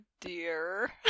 dear